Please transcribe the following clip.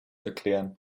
erklären